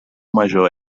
major